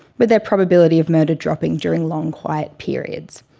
with their probability of murder dropping during long quiet periods.